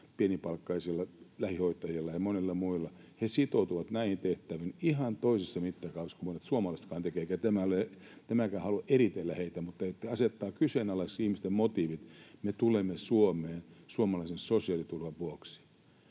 pienipalkkaisia lähihoitajia ja monia muita: he sitoutuvat näihin tehtäviin ihan toisessa mittakaavassa kuin monet suomalaisetkaan tekevät. Enkä minäkään halua eritellä heitä. Mutta se asettaa kyseenalaiseksi ihmisten motiivit, ”me tulemme Suomeen suomalaisen sosiaaliturvan vuoksi”.